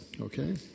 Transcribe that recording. okay